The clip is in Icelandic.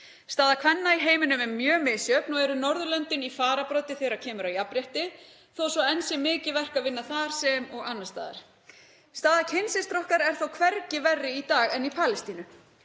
Staða kvenna í heiminum er mjög misjöfn og eru Norðurlöndin í fararbroddi þegar kemur að jafnrétti þó svo að enn sé mikið verk að vinna þar sem og annars staðar. Staða kynsystra okkar er þó hvergi verri í dag en í Palestínu.